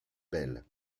bell